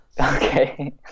Okay